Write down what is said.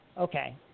okay